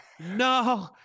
no